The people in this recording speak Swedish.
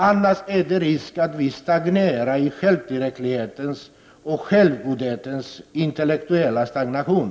Annars är det risk att vi hamnar i självtillräcklighetens och självgodhetens intellektuella stagnation.